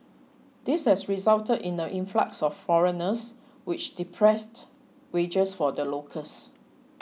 this has resulted in the influx of foreigners which depressed wages for the locals